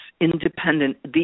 independent